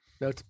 No